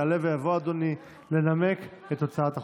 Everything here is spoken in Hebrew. יעלה ויבוא לנמק את הצעת החוק.